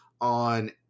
on